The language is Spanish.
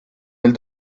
del